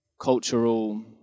cultural